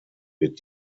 wird